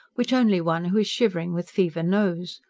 which only one who is shivering with fever knows.